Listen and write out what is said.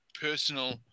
personal